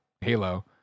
Halo